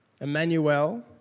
Emmanuel